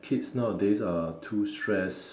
kids nowadays are too stressed